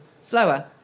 slower